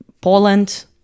poland